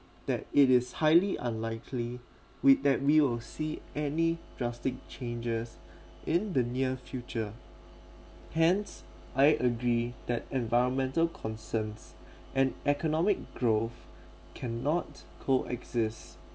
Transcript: that it is highly unlikely with that we will see any drastic changes in the near future hence I agree that environmental concerns and economic growth cannot coexist